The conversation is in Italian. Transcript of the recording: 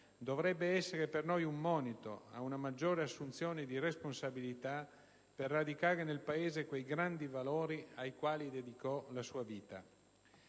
dovrebbe essere per noi un monito ad una maggiore assunzione di responsabilità per radicare nel Paese quei grandi valori ai quali dedicò la sua vita.